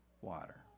water